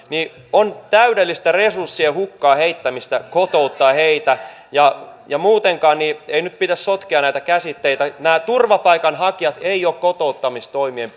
on täydellistä resurssien hukkaan heittämistä kotouttaa heitä ja ja muutenkaan ei nyt pidä sotkea näitä käsitteitä nämä turvapaikanhakijat eivät ole kotouttamistoimien